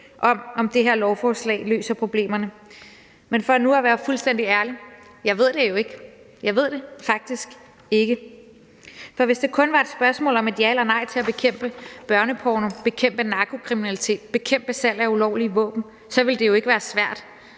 om det her lovforslag løser problemerne, men for nu at være fuldstændig ærlig: Jeg ved det jo ikke. Jeg ved det faktisk ikke. For hvis det kun var et spørgsmål om et ja eller nej til at bekæmpe børneporno, bekæmpe narkokriminalitet, bekæmpe salg af ulovlige våben, så ville det jo ikke være svært.